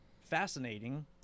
fascinating